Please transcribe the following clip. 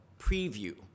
preview